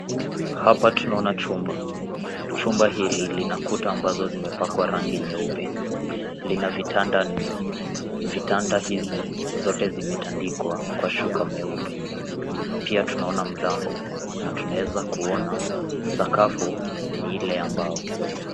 Hapa tunaona chumba. Chumba hili lina kuta ambazo zimepakwa rangi nyeupe. Lina vitanda nne. Vitanda hizi zote zimetandikwa kwa shuka meupe. Pia tunaona mlango na tunaweza kuona sakafu ni ile ya mbao.